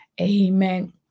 Amen